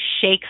shakes